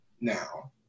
now